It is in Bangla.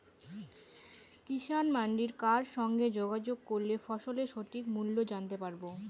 কিষান মান্ডির কার সঙ্গে যোগাযোগ করলে ফসলের সঠিক মূল্য জানতে পারবো?